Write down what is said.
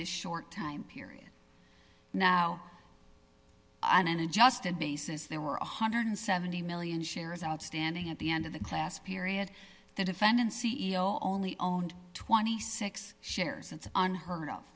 this short time period now i'm an adjusted basis there were one hundred and seventy million shares outstanding at the end of the class period the defendant's c e o only owned twenty six shares it's unheard of